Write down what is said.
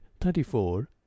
thirty-four